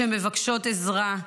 שמבקשות עזרה,